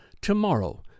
tomorrow